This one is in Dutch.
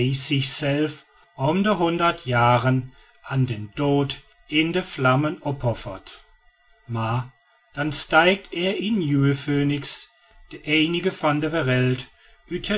honderd jaren aan den dood in de vlammen opoffert maar dan stijgt er een nieuwe phoenix de eenige van de